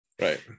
Right